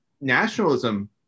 Nationalism